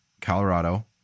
Colorado